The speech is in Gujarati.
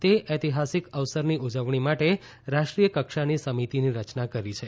તે ઐતિહાસીક અવસરની ઉજવણી માટે રાષ્ટ્રીય કક્ષાની સમિતિની રચના કરી છે